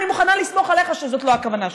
אני מוכנה לסמוך עליך שזאת לא הכוונה שלך,